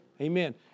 Amen